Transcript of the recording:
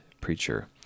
preacher